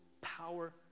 power